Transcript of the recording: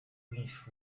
with